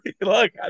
Look